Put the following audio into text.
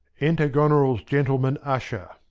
enter goneril's gentleman-usher.